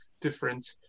different